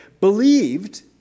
believed